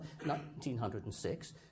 1906